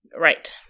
right